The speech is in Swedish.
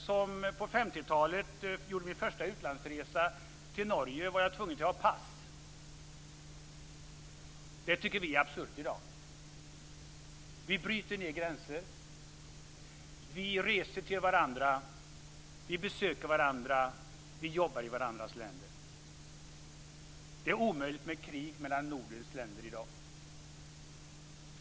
När jag på 50-talet gjorde min första utlandsresa till Norge var jag tvungen att ha ett pass. Det tycker vi är absurt i dag. Vi bryter ned gränser. Vi reser till varandra, vi besöker varandra, vi jobbar i varandras länder. Det är omöjligt med krig mellan nordiska länder i dag.